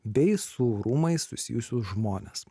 bei su rūmais susijusius žmones